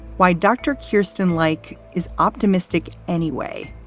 why dr. kirsten, like, is optimistic anyway.